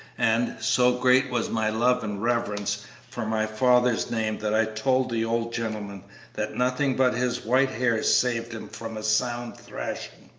and so great was my love and reverence for my father's name that i told the old gentleman that nothing but his white hairs saved him from a sound thrashing,